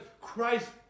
Christ